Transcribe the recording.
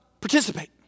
participate